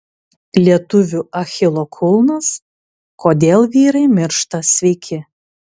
lietuvių achilo kulnas kodėl vyrai miršta sveiki